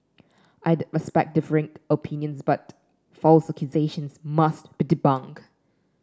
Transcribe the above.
I respect differing opinions but false accusations must be debunked